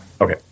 Okay